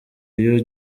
iyo